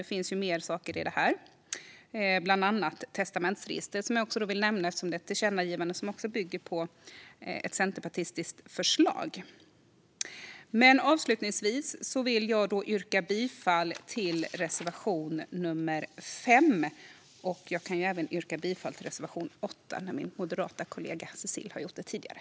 Det finns fler frågor - bland annat den om ett testamentsregister, som jag vill nämna eftersom det är ett tillkännagivande som också bygger på ett centerpartistiskt förslag. Avslutningsvis yrkar jag bifall till reservation nummer 5. Jag kan nu yrka bifall även till reservation nummer 8 eftersom min moderata kollega Cecilie har gjort det tidigare.